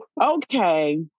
okay